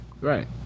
right